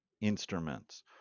instruments